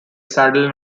saddle